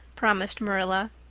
promised marilla.